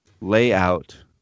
layout